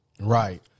Right